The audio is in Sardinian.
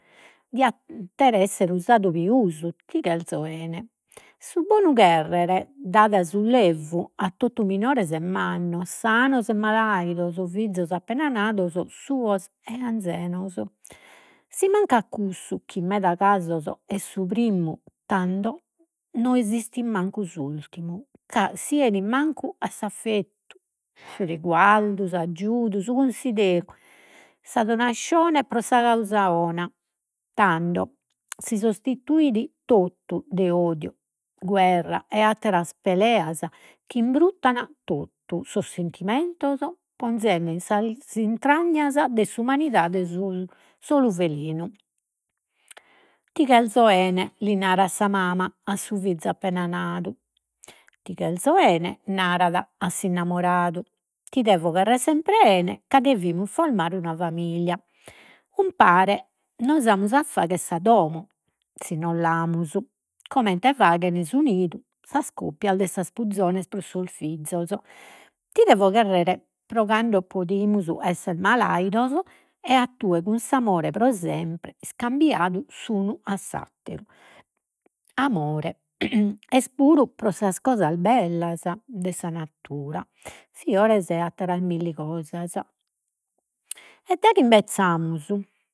essere usadu pius ti cherzo 'ene. Su bonu cherrere dat sullevu a totu, minores e mannos, sanos e malaidos, fizos appena nados, suos e anzenos. Si mancat cussu chi in meda casos est su primmu no esistit mancu s'ultimu, ca si enit mancu a s'affettu, riguardu, s'aggiudu, su cunsideru, sa donascione pro sa causa 'ona, tando si sostituit totu de odiu, guerra e atteras peleas chi imbruttan totu sos sentimentos, ponzende in intragnas de s'umanidade solu velenu. Ti cherzo 'ene li narat sa mama a su fizu appena nadu. Ti cherzo 'ene narat a s'innamoradu. Ti devo cherrere sempre 'ene ca devimus folmare una familia. Umpare nos amus a faghere sa domo, si no l'amus, comente faghen su nidu sas coppias de sas puzones pro sos fizos. Ti devo cherrere pro cando podimus essere malaidos e a cun s'amore pro sempre iscambiadu s'unu a s'atteru. Amore est puru pro sas cosas bellas de sa natura, fiores e atteras milli cosas. E daghi imbezzamus